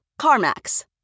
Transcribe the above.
CarMax